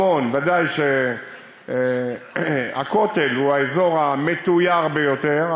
ודאי שהכותל הוא האזור המתויר ביותר,